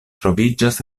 troviĝas